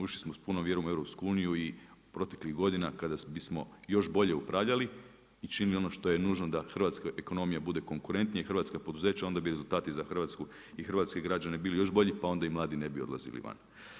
Ušli smo s punom vjerom u EU i proteklih godina kada bismo još bolje upravljali i činili ono što je nužno da hrvatska ekonomija bude konkurentnija i hrvatska poduzeća onda bi rezultati za Hrvatsku i hrvatske građane bili još bolji pa onda i mladi ne bi odlazili van.